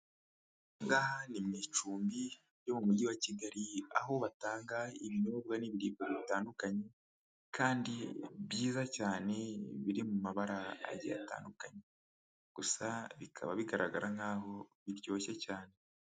Aha ngaha ni mu icumbi ryo mu mujyi wa Kigali, aho batanga ibinyobwa n'ibiribwa bitandukanye kandi byiza cyane biri mu mabara agiye atandukanye, gusa bikaba bigaragara nkaho biryoshye cyane.